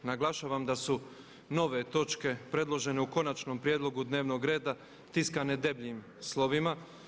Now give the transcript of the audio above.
Naglašavam da su nove točke predložene u konačnom prijedlogu dnevnog reda tiskane debljim slovima.